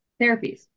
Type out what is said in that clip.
therapies